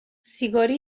سیگاری